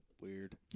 Weird